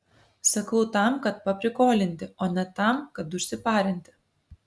sakau tam kad paprikolinti o ne tam kad užsiparinti